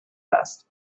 vest